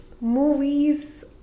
movies